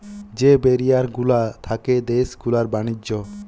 যে ব্যারিয়ার গুলা থাকে দেশ গুলার ব্যাণিজ্য